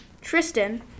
Tristan